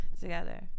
together